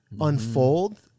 unfold